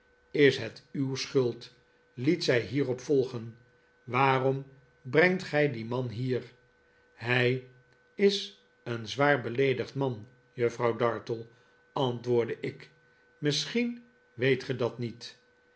is het uw schuld liet zij hierop volgen waarom brengt gij dien man hier hij is een zwaar beleedigd man juffrouw dartle antwoordde ik misschien weet ge dat niet